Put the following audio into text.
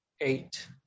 Eight